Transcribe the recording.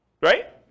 Right